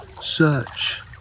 Search